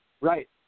Right